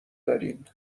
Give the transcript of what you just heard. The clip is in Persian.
دارین